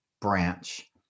branch